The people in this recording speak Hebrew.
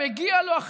מגיע לו,